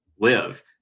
live